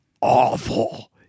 awful